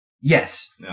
Yes